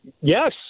Yes